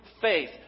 faith